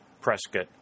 Prescott